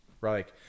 Right